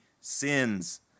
sins